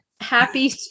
happy